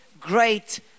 great